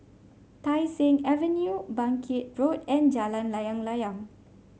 Tai Seng Avenue Bangkit Road and Jalan Layang Layang